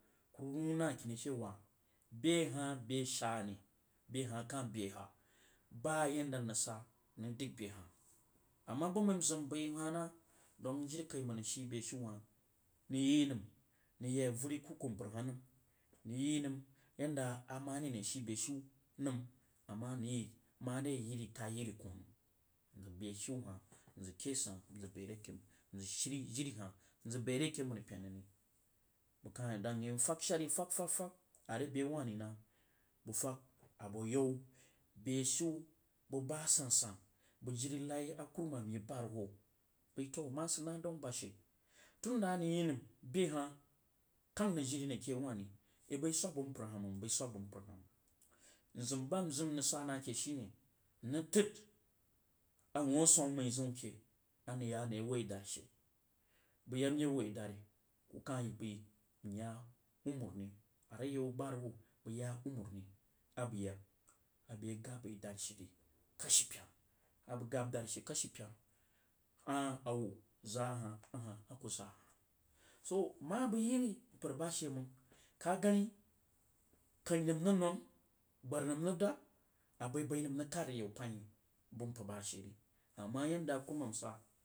Kuh nuna akini chewa bye hah bie shaa ne bye hah kah bye hah baa yan mrig sa mdəg bye hah bumai nzəm nbəi hah nah jiri mang nang shi beshiu hah nang yi nəm nang yi avəri kuukuh mpər hah nəm nang yi nəm yonda amere aneh rig shi beshiu nəm ama meh mre dāńhí kwoh nəm nzəg beshiu hah nzəg bəi are ake məripen nang ri kuh kah dang yi fag shaar yí fag fag fag bəg fag are byw wāh ni nah bəg fag abo yau beshiu bəg bah a sansan bəg jir laghi a kurumam yəg bahuruhou bəi toh mah sid a nanəm daun bashe tunda anəng yi nəm bye hah kanf nəng jiri rig ake you wah ri yi bəiswab bəg mpər hah mang nbəi swab bəg npər hah mang izəm bah nzəm nrəg sah nah ake mrig təd a wuuh aswama məi zium ke a nəng yaa anəng ye woí darí she bəg yak mye woī darí mkah bəí mah umarni are yau bahuruhou bəg yaa abəg yag abəg yag gyabai dari shee ri kashi pena abəg gab dari she kashi pena ahh a wuh zaa ahah akuh zəg ahah swoh hubba nma bəg yiri mpər bashe ka gani kani nəm rig nong gbar nəm rig dab abai bai nəm kad ayau pəin bəg mpər bashe ama yadda a kurumam sah.